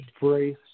brace